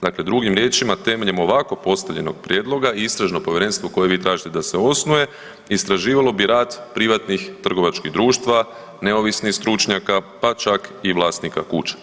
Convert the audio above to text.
Dakle drugim riječima, temeljem ovako postavljenog prijedloga istražno povjerenstvo koje vi tražite da se osnuje, istraživalo bi rad privatnih trgovačkih društva, neovisnih stručnjaka, pa čak i vlasnika kuća.